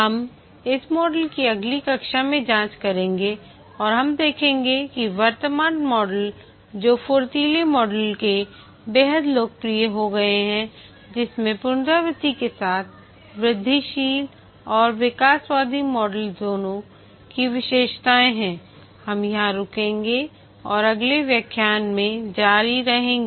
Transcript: हम इस मॉडल की अगली कक्षा में जांच करेंगे और हम देखेंगे कि वर्तमान मॉडल जो फुर्तीले मॉडल में बेहद लोकप्रिय हो गया है जिसमें पुनरावृत्तियों के साथ वृद्धिशील और विकासवादी मॉडल दोनों की विशेषताएं हैं हम यहां रुकेंगे और अगले व्याख्यान में जारी रहेंगे